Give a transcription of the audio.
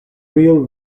real